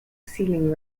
ceiling